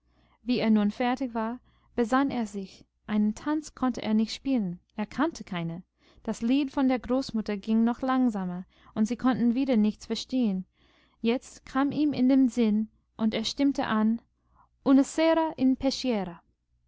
wie er nun fertig war besann er sich einen tanz konnte er nicht spielen er kannte keinen das lied von der großmutter ging noch langsamer und sie konnten wieder nichts verstehen jetzt kam ihm in den sinn und er stimmte an una sera in